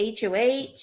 hoh